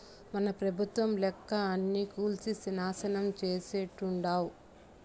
మన పెబుత్వం లెక్క అన్నీ కూల్సి నాశనం చేసేట్టుండావ్